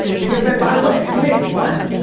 because then by the way, you make one,